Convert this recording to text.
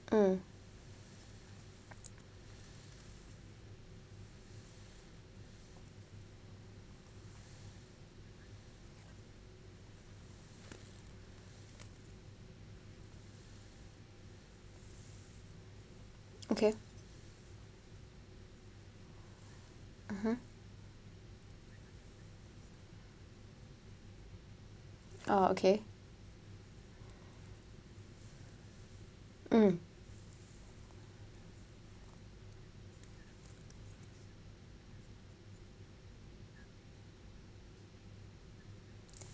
mm okay mmhmm oh okay mm